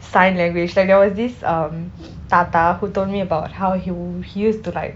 sign language like there was this um po tata who told me about how he will he used to like